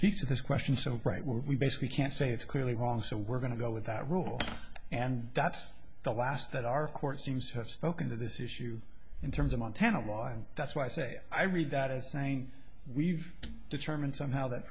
speaks to this question so right we basically can't say it's clearly wrong so we're going to go with that rule and that's the last that our court seems to have spoken to this issue in terms of montana why that's why i say i read that as saying we've determined somehow that